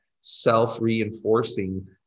self-reinforcing